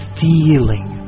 feeling